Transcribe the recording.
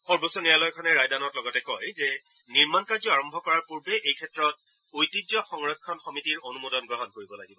সৰ্বোচ্চ ন্যায়ালয়খনে ৰায়দানত লগতে কয় যে নিৰ্মাণ কাৰ্য আৰম্ভ কৰাৰ পূৰ্বে এই ক্ষেত্ৰত ঐতিহ্য সংৰক্ষণ সমিতিৰ অনুমোদন গ্ৰহণ কৰিব লাগিব